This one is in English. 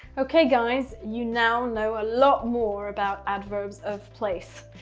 okay, guys. you now know a lot more about adverbs of place.